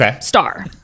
star